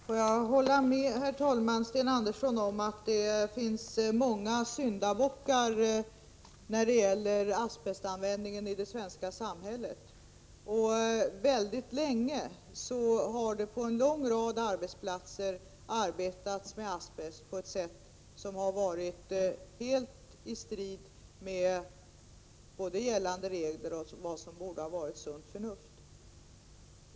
Herr talman! Jag får hålla med Sten Andersson i Malmö om att det finns många syndabockar när det gäller asbestanvändningen i det svenska samhället. Väldigt länge har det på en lång rad arbetsplatser arbetats med asbest på ett sätt som varit helt i strid med både gällande regler och vad som borde ha varit sunt förnuft.